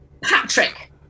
Patrick